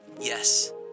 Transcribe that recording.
Yes